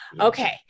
Okay